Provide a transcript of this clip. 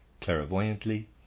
clairvoyantly